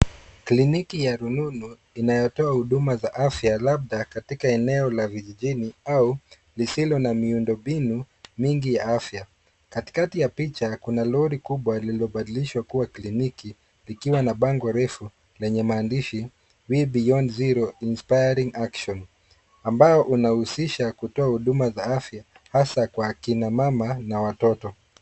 Kliniki ya rununu inayotoa huduma za afya, labda katika eneo ya vijijini au lisilo na miundombinu mingi ya afya. Katikati ya picha, kuna lori kubwa lililobadilishwa kuwa kliniki ,likiwa na bango refu lenye mandishi We Beyond zero Inspiring Action ,ambayo inahusisha kutoa huduma za afya hasa kwa akina mama na watoto.